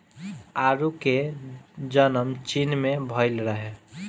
आडू के जनम चीन में भइल रहे